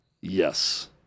Yes